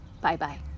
Bye-bye